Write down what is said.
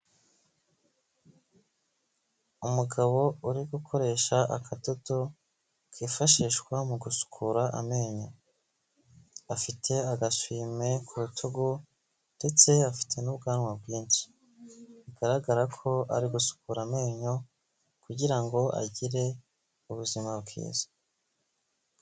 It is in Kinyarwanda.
Umugabo uri gukoresha akadodo, kifashishwa mu gusukura amenyo, afite agaswime ku rutugu ndetse afite n'ubwanwa bwinshi, bigaragara ko ari gusukura amenyo kugira ngo agire ubuzima bwiza.